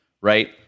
right